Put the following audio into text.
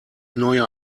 neue